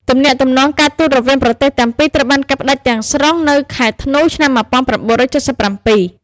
ទំនាក់ទំនង ការទូតរវាងប្រទេសទាំងពីរត្រូវបានកាត់ផ្តាច់ទាំងស្រុងនៅខែធ្នូ ឆ្នាំ១៩៧៧។